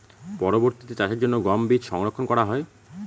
পরবর্তিতে চাষের জন্য গম বীজ সংরক্ষন করা হয়?